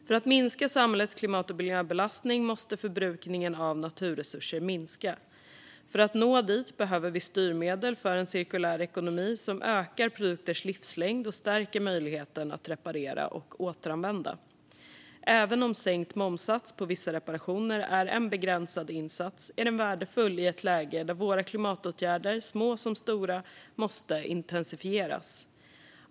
För att minska samhällets klimat och miljöbelastning måste förbrukningen av naturresurser minska. För att nå dit behöver vi styrmedel för en cirkulär ekonomi som ökar produkters livslängd och stärker möjligheten att reparera och återanvända. Även om sänkt momssats på vissa reparationer är en begränsad insats är den värdefull i ett läge där våra klimatåtgärder, små som stora, måste intensifieras.